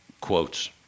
quotes